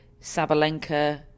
Sabalenka